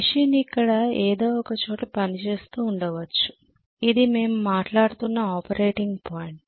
machine ఇక్కడ ఏదో ఒక చోట పనిచేస్తూ ఉండవచ్చు ఇది మేము మాట్లాడుతున్న ఆపరేటింగ్ పాయింట్